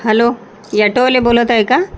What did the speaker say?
hello यटोवाले बोलत आहे का